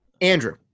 andrew